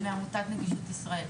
מעמותת נגישות ישראל.